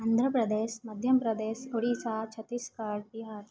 आन्ध्रप्रदेशः मध्यप्रदेशः ओडिसा छत्तीसगढ् बीहार्